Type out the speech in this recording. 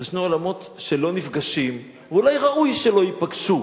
שני עולמות שלא נפגשים, אולי ראוי שלא ייפגשו.